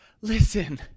Listen